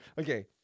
Okay